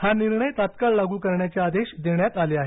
हा निर्णय तात्काळ लागू करण्याचे आदेश देण्यात आले आहेत